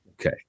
Okay